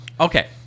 Okay